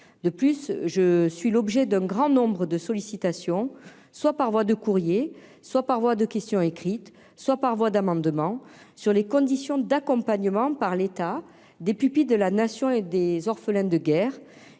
de plus, je suis l'objet d'un grand nombre de sollicitations, soit par voie de courrier soit par voie de questions écrites soit par voie d'amendement sur les conditions d'accompagnement par l'état des pupilles de la nation et des orphelins de guerre,